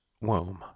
womb